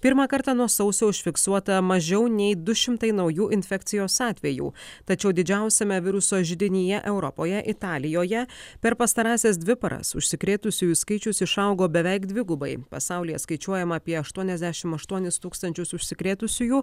pirmą kartą nuo sausio užfiksuota mažiau nei du šimtai naujų infekcijos atvejų tačiau didžiausiame viruso židinyje europoje italijoje per pastarąsias dvi paras užsikrėtusiųjų skaičius išaugo beveik dvigubai pasaulyje skaičiuojama apie aštuoniasdešim aštuonis tūkstančius užsikrėtusiųjų